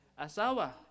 asawa